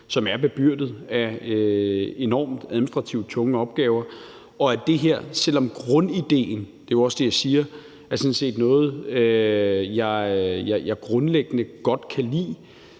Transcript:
som er bebyrdet med enormt administrativt tunge opgaver. Selv om grundidéen – det er jo også det, jeg siger – sådan set er noget, jeg grundlæggende godt kan lide,